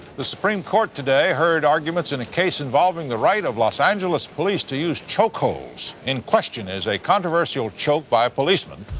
the supreme court today heard arguments in a case involving the right of los angeles police to use chokeholds. in question is a controversial choke by a policeman,